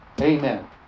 Amen